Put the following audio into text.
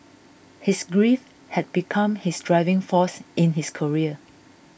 his grief had become his driving force in his career